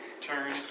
turn